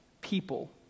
people